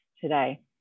today